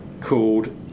called